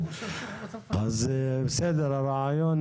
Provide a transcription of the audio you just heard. בסדר, הרעיון